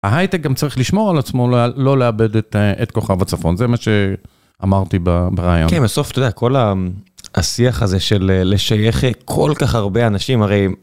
ההייטק גם צריך לשמור על עצמו, לא לאבד את כוכב הצפון, זה מה שאמרתי בראיון. כן, בסוף אתה יודע, כל השיח הזה של לשייך כל כך הרבה אנשים, הרי...